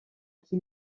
qui